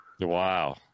Wow